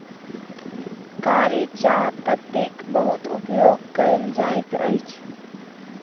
कारी चाह पत्तीक बहुत उपयोग कयल जाइत अछि